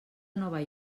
nova